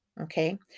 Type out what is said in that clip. okay